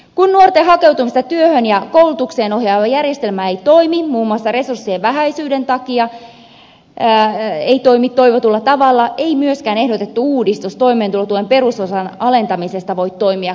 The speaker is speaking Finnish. kun nuorten hakeutumista työhön ja koulutukseen ohjaava järjestelmä ei toimi toivotulla tavalla muun muassa resurssien vähäisyyden takia ei myöskään ehdotettu uudistus toimeentulotuen perusosan alentamisesta voi toimia kannustimena